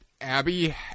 Abby